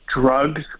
Drugs